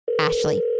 Ashley